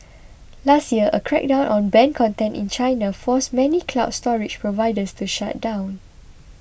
last year a crackdown on banned content in China forced many cloud storage providers to shut down